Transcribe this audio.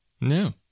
No